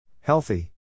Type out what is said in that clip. Healthy